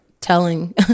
telling